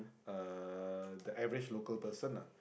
uh the average local person ah